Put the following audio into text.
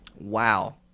Wow